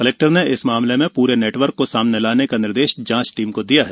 collector ने इस मामले में पूरे नेटवर्क को सामने लाने का निर्देश जांच टीम को दिया है